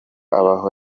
abo